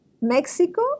Mexico